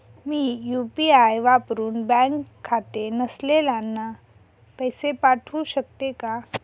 मी UPI वापरुन bank खाते नसलेल्यांना पैसे पाठवू शकते का?